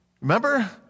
Remember